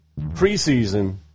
Preseason